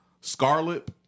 Scarlet